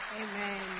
Amen